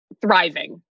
thriving